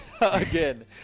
again